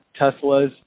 Teslas